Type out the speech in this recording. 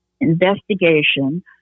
investigation